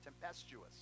tempestuous